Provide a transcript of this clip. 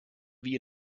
wie